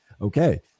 okay